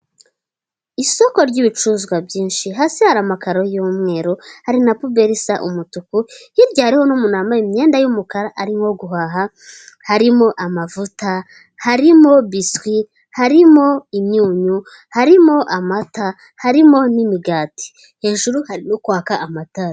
Isoko ry'ibicuruzwa byinshi hasi hari amakaro y'mweru hari na puberi isa umutuku hiryariho n'umuntu wambaye imyenda y'umukara arimo guhaha; harimo amavuta, harimo biswi, harimo imyunyu, harimo amata, harimo n'imigati, hejuru harimo kwaka amatara.